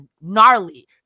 gnarly